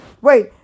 Wait